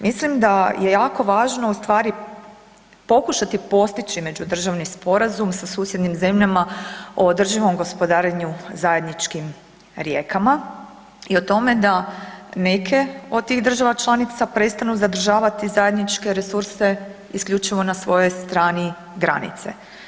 Mislim da je jako važno ustvari pokušati postići međudržavni sporazum sa susjednim zemljama o održivom gospodarenju zajedničkim rijekama i o tome da neke od tih država članica prestanu zadržavati zajedničke resurse isključivo na svojoj strani granice.